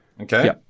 Okay